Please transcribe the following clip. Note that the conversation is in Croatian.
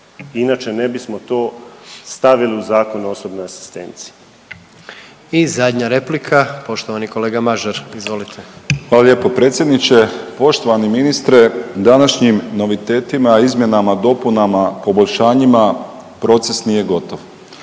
inače ne bismo to stavili u Zakon o osobnoj asistenciji. **Jandroković, Gordan (HDZ)** I zadnja replika poštovani kolega Mažar, izvolite. **Mažar, Nikola (HDZ)** Hvala lijepo predsjedniče. Poštovani ministre, današnjim novitetima izmjenama, dopunama, poboljšanjima proces nije gotov.